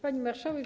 Pani Marszałek!